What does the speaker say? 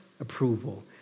approval